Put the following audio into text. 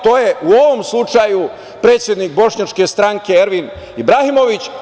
To je u ovom slučaju predsednik Bošnjačke stranke, Ervin Ibrahimović.